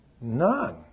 None